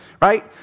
right